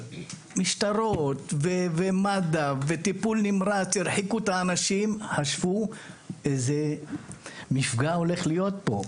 משטרות ומד״א הרחיקו את האנשים כי חשבו שעומד להיות מפגע גדול.